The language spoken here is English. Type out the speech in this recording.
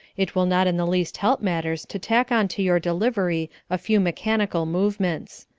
it will not in the least help matters to tack on to your delivery a few mechanical movements.